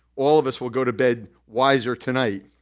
all of us will go to bed wiser tonight.